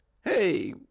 Hey